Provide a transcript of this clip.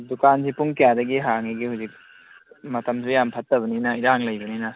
ꯗꯨꯀꯥꯟꯁꯦ ꯄꯨꯡ ꯀꯌꯥꯗꯒꯤ ꯍꯥꯡꯉꯤꯒꯦ ꯍꯧꯖꯤꯛ ꯃꯇꯝꯁꯨ ꯌꯥꯝ ꯐꯠꯇꯕꯅꯤꯅ ꯏꯔꯥꯡ ꯂꯩꯕꯅꯤꯅ